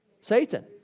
Satan